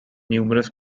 numerous